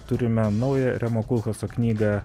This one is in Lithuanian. turime naują remo kulchaso knygą